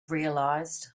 realized